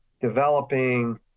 developing